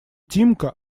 тимка